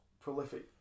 prolific